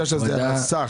תקנים?